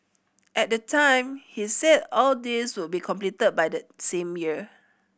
at the time he said all these would be completed by that same year